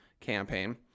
campaign